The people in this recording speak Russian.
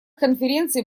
конференции